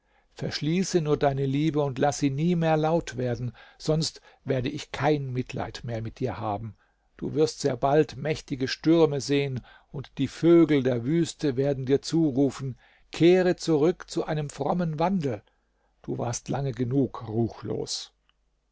verschließe nur deine liebe und laß sie nie mehr laut werden sonst werde ich kein mitleid mehr mit dir haben du wirst sehr bald mächtige stürme sehen und die vögel der wüste werden dir zurufen kehre zurück zu einem frommen wandel du warst lange genug ruchlos